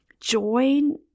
join